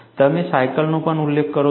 તમે સાયકલનો પણ ઉલ્લેખ કરો છો